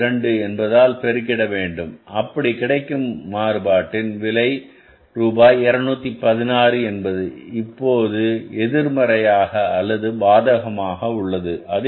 2 என்பதால் பெருகிட வேண்டும் அப்படி கிடைக்கும் மாறுபாட்டில் விலை ரூபாய் 216 என்பது இப்போது எதிர்மறையாக அல்லது பாதகமாக உள்ளது